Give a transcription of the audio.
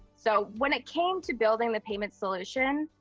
so when it came to building the payment solution,